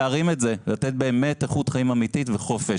להרים את זה על מנת לתת איכות חיים אמיתית וחופש.